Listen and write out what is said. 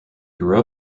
grew